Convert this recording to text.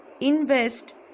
invest